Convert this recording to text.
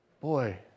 boy